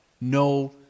no